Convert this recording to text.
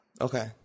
Okay